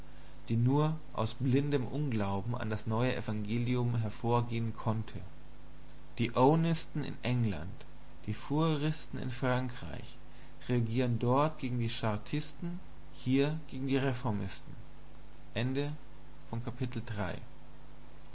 die nur aus blindem unglauben an das neue evangelium hervorgehen konnte die owenisten in england die fourieristen in frankreich reagieren dort gegen die chartisten hier gegen die reformisten